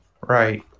Right